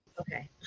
Okay